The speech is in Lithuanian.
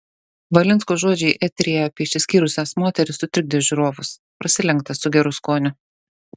valinsko žodžiai eteryje apie išsiskyrusias moteris sutrikdė žiūrovus prasilenkta su geru skoniu